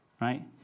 Right